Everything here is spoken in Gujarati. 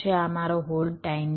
આ મારો હોલ્ડ ટાઇમ છે